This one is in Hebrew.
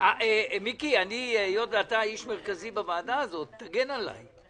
מיקי, היות ואתה איש מרכזי בוועדה הזאת, תגן עלי.